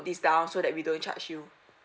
this down so that we don't charge you